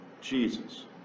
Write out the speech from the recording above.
Jesus